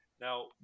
Now